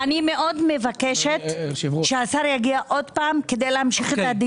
מאוד מבקשת שהשר יגיע עוד הפעם כדי להמשיך את הדיון.